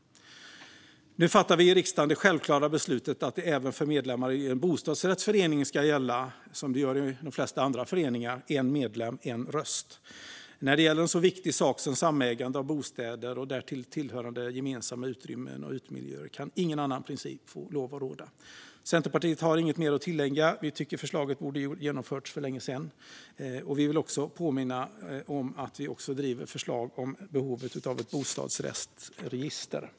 Nu fattar vi i riksdagen det självklara beslutet att principen en medlem, en röst, som gäller i de flesta andra föreningar, även ska gälla för medlemmar i en bostadsrättsförening. När det gäller en så viktig sak som samägande av bostäder och därtill hörande gemensamma utrymmen och utemiljöer kan ingen annan princip få lov att råda. Centerpartiet har inget mer att tillägga om detta, förutom att vi tycker att förslaget borde ha genomförts för länge sedan. Vi vill också påminna om att vi driver förslag gällande behovet av ett bostadsrättsregister.